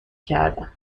کردم